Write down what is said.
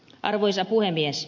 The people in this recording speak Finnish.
arvoisa puhemies